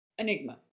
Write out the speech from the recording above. Enigma